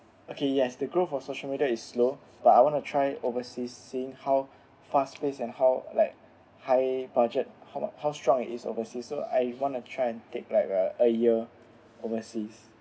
okay yes the growth of social media is slow but I want to try overseas seeing how fast pace and how like high budget how much how strong is overseas so I wanted to try and take like a a year overseas